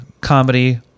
comedy